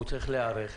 הוא צריך להיערך,